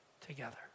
together